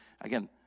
Again